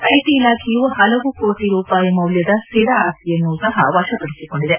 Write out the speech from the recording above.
IT ಇಲಾಖೆಯು ಹಲವು ಕೋಟಿ ರೂಪಾಯಿ ಮೌಲ್ಯದ ಸ್ಲಿರ ಆಸ್ತಿಯನ್ನೂ ಸಹ ವಶಪಡಿಸಿಕೊಂಡಿದೆ